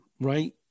right